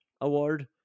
award